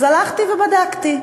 אז הלכתי ובדקתי.